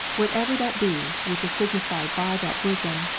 whatever that be, which is signified by that bosom,